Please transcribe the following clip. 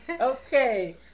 Okay